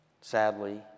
sadly